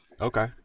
Okay